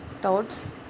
thoughts